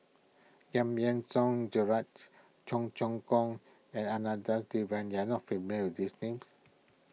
Giam Yean Song Gerald Cheong Choong Kong and Janadas Devan you are not familiar these names